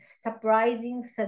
surprising